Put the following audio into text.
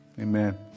Amen